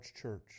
church